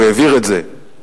הוא העביר את זה אלינו,